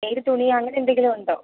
ഏത് തുണിയാ അങ്ങനെ എന്തെങ്കിലും ഉണ്ടോ